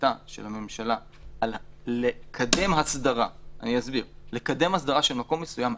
החלטה של הממשלה לקדם הסדרה של מקום מסוים,